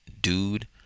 dude